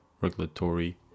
regulatory